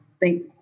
thank